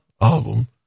album